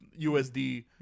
usd